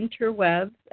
interwebs